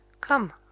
Come